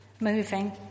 moving